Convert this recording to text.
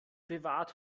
bewahrt